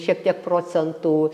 šiek tiek procentų